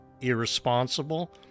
irresponsible